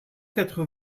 quatre